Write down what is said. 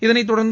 இதனைத்தொடர்ந்து